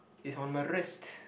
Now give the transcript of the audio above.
is on my wrist